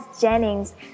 Jennings